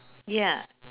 ya